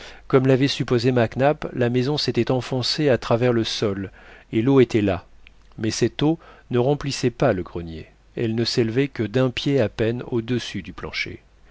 comme l'avait supposé mac nap la maison s'était enfoncée à travers le sol et l'eau était là mais cette eau ne remplissait pas le grenier elle ne s'élevait que d'un pied à peine au-dessus du plancher